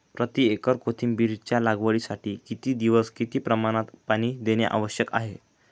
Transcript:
प्रति एकर कोथिंबिरीच्या लागवडीसाठी किती दिवस किती प्रमाणात पाणी देणे आवश्यक आहे?